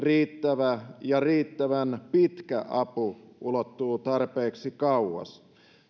että riittävä ja riittävän pitkä apu ulottuu tarpeeksi kauas